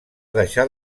deixar